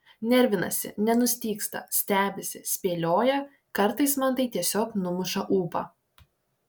nervinasi nenustygsta stebisi spėlioja kartais man tai tiesiog numuša ūpą